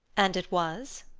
and it was?